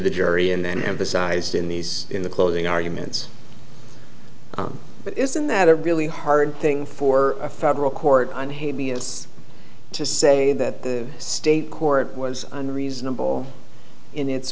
he jury and then emphasized in these in the closing arguments but isn't that a really hard thing for a federal court on hate me it's to say that the state court was unreasonable in its